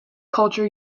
culture